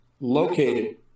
located